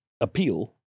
appeal